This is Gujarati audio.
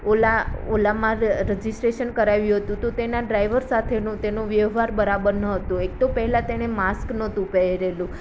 ઓલા ઓલામાં રજિસ્ટ્રેશન કરાવ્યું હતુ તો તેના ડ્રાઈવર સાથેનો તેનો વ્યવહાર બરાબર ન હતો એક તો પહેલાં તેણે માસ્ક નહોતું પહેરેલું